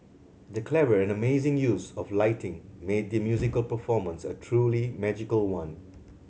the clever and amazing use of lighting made the musical performance a truly magical one